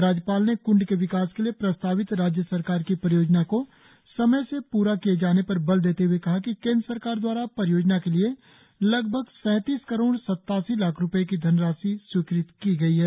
राज्यपाल ने क्ंड के विकास के लिए प्रस्तावित राज्य सरकार की परियोजना को समय से पूरा किए जाने पर बल देते हुए कहा कि केंद्र सरकार द्वारा परियोजना के लिए लगभग सैंतीस करोड़ सत्तासी लाख रुपये की धनराशि स्वीकृत की गई है